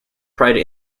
pride